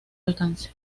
alcance